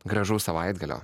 gražaus savaitgalio